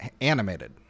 animated